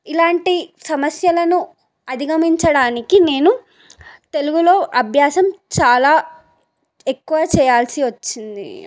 ఇలాంటి సమస్యలను అధిగమించడానికి నేను తెలుగులో అభ్యాసం చాలా ఎక్కువ చేయాల్సి వచ్చింది